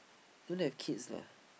don't have kids lah